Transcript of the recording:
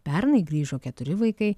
pernai grįžo keturi vaikai